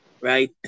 right